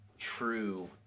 true